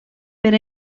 per